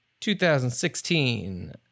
2016